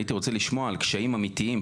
הייתי רוצה לשמוע על קשיים אמיתיים,